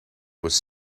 was